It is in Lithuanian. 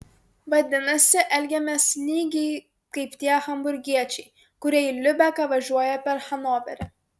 vadinasi elgiamės lygiai kaip tie hamburgiečiai kurie į liubeką važiuoja per hanoverį